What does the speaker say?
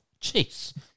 jeez